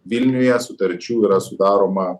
vilniuje sutarčių yra sudaroma